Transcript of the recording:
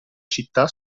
città